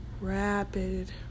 rapid